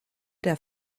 der